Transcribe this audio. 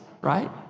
right